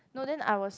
no then I was